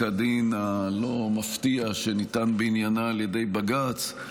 הדין הלא-מפתיע שניתן בעניינה על ידי בג"ץ,